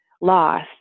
loss